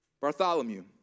Bartholomew